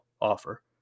offer